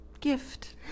gift